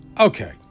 Okay